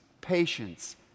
patience